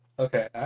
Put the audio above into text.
Okay